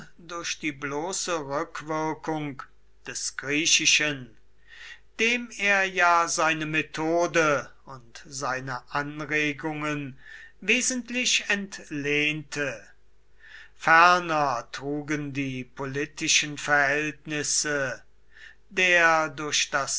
durch die bloße rückwirkung des griechischen dem er ja seine methode und seine anregungen wesentlich entlehnte ferner trugen die politischen verhältnisse der durch das